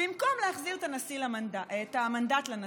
במקום להחזיר את המנדט לנשיא,